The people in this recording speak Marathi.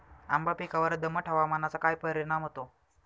आंबा पिकावर दमट हवामानाचा काय परिणाम होतो?